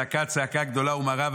צעקה צעקה גדולה ומרה,